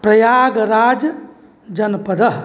प्रयागराजजनपदः